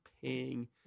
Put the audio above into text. paying